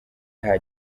nta